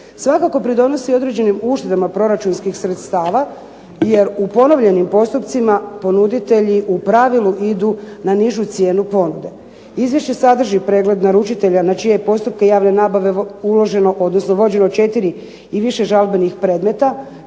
svakako pridonosi određenim uštedama proračunskih sredstava, jer u ponovljenim postupcima ponuditelji u pravilu idu na nižu cijenu ponude. Izvješće sadrži pregled naručitelja na čije postupke javne nabave uloženo, odnosno vođeno 4 i više žalbenih predmeta